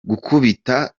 gukubita